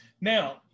Now